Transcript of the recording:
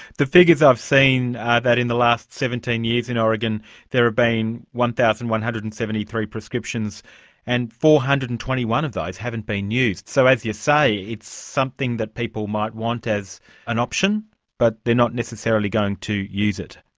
the figures i've seen that in the last seventeen years in oregon there have ah been one thousand one hundred and seventy three prescriptions and four hundred and twenty one of those haven't been used so, as you say, it's something that people might want as an option but they are not necessarily going to use it.